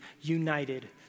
united